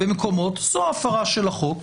זו הפרה של החוק.